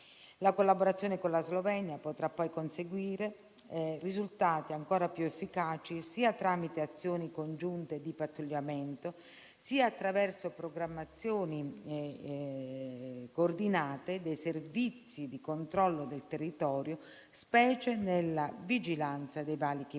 La collaborazione con la Slovenia potrà poi conseguire risultati ancora più efficaci sia tramite azioni congiunte di pattugliamento sia attraverso programmazioni coordinate dei servizi di controllo del territorio, specie nella vigilanza dei valichi minori.